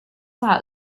out